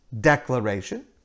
declaration